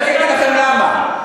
אני אגיד לכם למה.